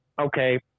okay